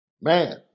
Man